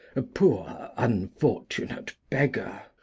a poor unfortunate beggar.